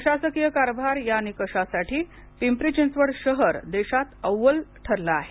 प्रशासकीय कारभार या निकषासाठी पिंपरी चिंचवड शहर देशात अव्वल ठरलं आहे